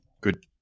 Good